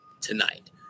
tonight